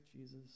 Jesus